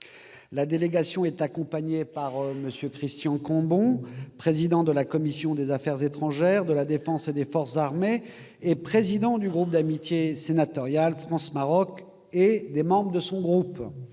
La délégation est accompagnée par M. Christian Cambon, président de la commission des affaires étrangères, de la défense et des forces armées et président du groupe d'amitié sénatorial France-Maroc, et par des membres de son groupe.